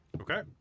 Okay